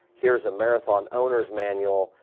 here is the marathon owner's manual.